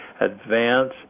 advance